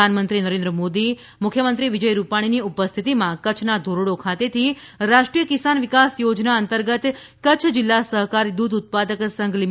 પ્રધાનમંત્રી શ્રી નરેન્દ્ર મોદી મુખ્યમંત્રી વિજય રૂપાણીની ઉપસ્થિતિમાં કચ્છના ધોરડો ખાતેથી રાષ્ટ્રિય કિસાન વિકાસ યોજના અંતર્ગત કચ્છ જિલ્લા સહકારી દૂધ ઉત્પાદક સંઘ લી